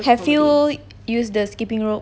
ya have you used the skipping rope